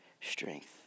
strength